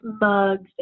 mugs